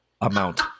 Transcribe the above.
amount